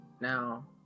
now